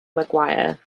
maguire